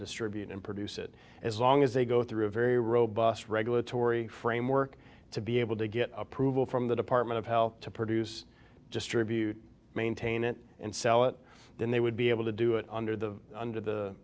distribute and produce it as long as they go through a very robust regulatory framework to be able to get approval from the department of health to produce distribute maintain it and sell it then they would be able to do it under the under the